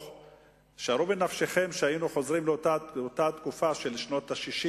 שערו בנפשכם שהיינו חוזרים לאותה תקופה של שנות ה-60